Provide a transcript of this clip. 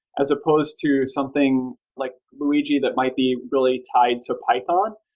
as supposed to something like luigi that might be really tied to python,